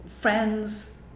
Friends